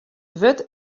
wurd